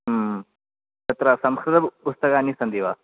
तत्र संस्कृत बु पुस्तकानि सन्ति वा